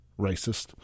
Racist